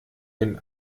bin